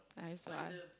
I also I